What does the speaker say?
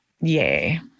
yay